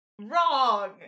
Wrong